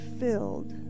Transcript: filled